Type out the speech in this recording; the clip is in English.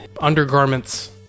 undergarments